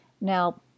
Now